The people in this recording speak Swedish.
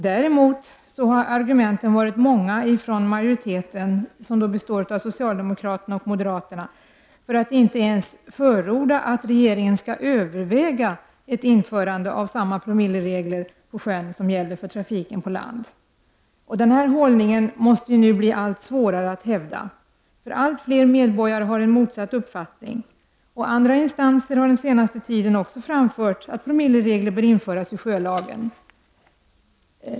Däremot har argumenten varit många från majoriteten, bestående av socialdemokraterna och moderaterna, för att inte förorda att regeringen skall ens överväga ett införande av samma promilleregler på sjön som gäller för trafiken på land. Denna hållning måste bli allt svårare att hävda. Allt fler medborgare har motsatt uppfattning. Också andra instanser har den senaste tiden framfört att promilleregler bör införas i sjölagen.